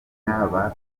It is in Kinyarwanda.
nka